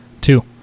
Two